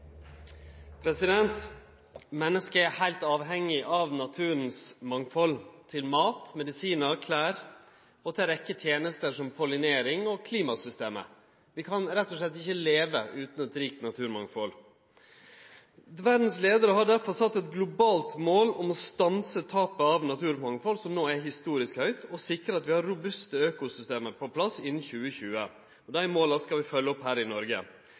heilt avhengig av naturens mangfald: til mat, medisinar og klede – og til ei rekkje tenester som pollinering og klimasystemet. Vi kan rett og slett ikkje leve utan eit rikt naturmangfald. Verdas leiarar har derfor sett eit globalt mål om å stanse tapet av naturmangfald – som no er historisk høgt – og sikre at vi har robuste økosystem på plass innan 2020. Dei måla skal vi følgje opp her i Noreg.